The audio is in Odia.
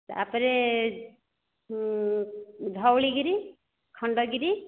ତା'ପରେ ଧଉଳିଗିରି ଖଣ୍ଡଗିରି